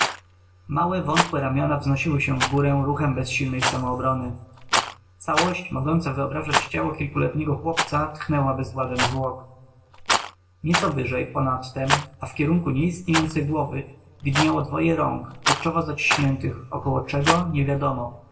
małe wątłe ramiona wznosiły się w górę ruchem bezsilnej samoobrony całość mogąca wyobrażać ciało kilkuletniego chłopca tchnęła bezwładem zwłok nieco wyżej ponad tem a w kierunku nieistniejącej głowy widniało dwoje rąk kurczowo zaciśniętych około czego niewiadomo